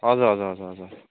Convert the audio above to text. हजुर हजुर हजुर